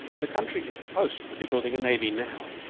the country is supposed to be building a navy now.